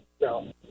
no